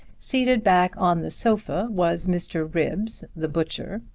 seated back on the sofa was mr. ribbs, the butcher,